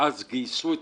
שאז גייסו את